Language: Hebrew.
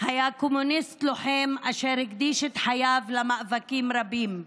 היה קומוניסט לוחם אשר הקדיש את חייו למאבקים רבים.